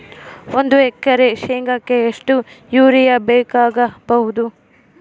ಒಂದು ಎಕರೆ ಶೆಂಗಕ್ಕೆ ಎಷ್ಟು ಯೂರಿಯಾ ಬೇಕಾಗಬಹುದು?